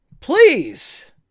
please